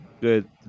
good